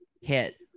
hit